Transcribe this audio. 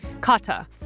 kata